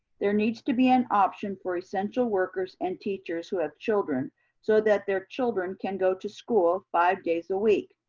there needs to be an option for essential workers and teachers who have children so that their children can go to school five days a week.